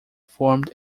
formed